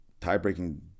tie-breaking